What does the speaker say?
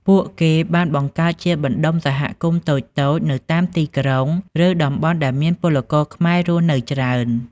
ពួកគេបានបង្កើតជាបណ្ដុំសហគមន៍តូចៗនៅតាមទីក្រុង ឬតំបន់ដែលមានពលករខ្មែររស់នៅច្រើន ។